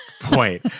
point